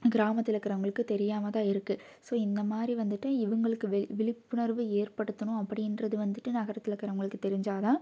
கிராமத்தில் இருக்கறவுங்களுக்கு தெரியாமல் தான் இருக்கு ஸோ இந்த மாதிரி வந்துட்டு இவங்களுக்கு விழிப்புணர்வு ஏற்படுத்தணும் அப்படின்றது வந்துட்டு நகரத்தில் இருக்கறவுங்களுக்கு தெரிஞ்சால் தான்